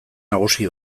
nagusi